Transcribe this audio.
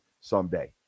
someday